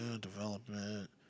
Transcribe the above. Development